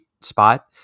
spot